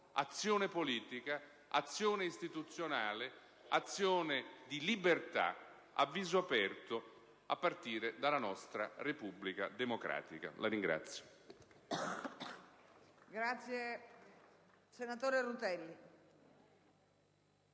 azione politica, azione istituzionale, azione di libertà a viso aperto, a partire dalla nostra Repubblica democratica. *(Applausi